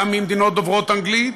גם ממדינות דוברות אנגלית,